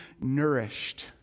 nourished